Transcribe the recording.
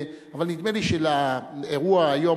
אבל נדמה לי שלאירוע היום,